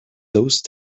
those